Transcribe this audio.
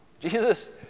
Jesus